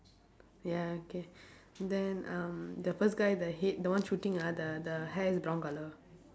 ya K then um the first guy the head the one shooting ah the the hair is brown colour